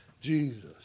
Jesus